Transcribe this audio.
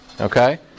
Okay